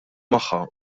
magħha